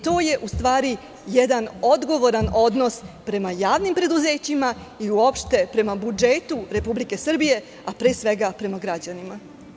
To je u stvari jedan odgovoran odnos prema javnim preduzećima i uopšte prema budžetu Republike Srbije, a pre svega prema građanima.